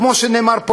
כמו שנאמר פה,